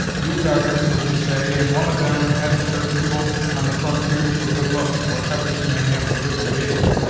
you've darters, as you say, and one of them hasn't her equal on the frontiers for good looks, whatever she may have for good behavior.